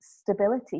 stability